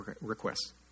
requests